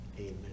amen